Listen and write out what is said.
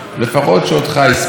לפחות שאותך יספור,